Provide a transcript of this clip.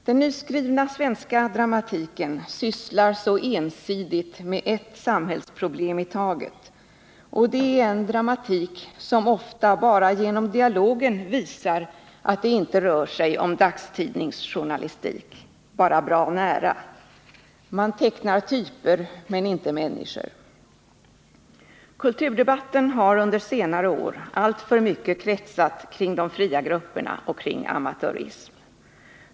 Den nyskrivna svenska dramatiken sysslar så ensidigt med ett samhällsproblem i taget, och det är en dramatik som ofta bara genom dialogen visar att det inte rör sig om dagstidningsjournalistik — bara bra nära. Man tecknar typer men inte människor. Kulturdebatten har under senare år alltför mycket kretsat kring de fria grupperna och kring amatörism.